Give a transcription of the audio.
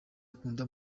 akunda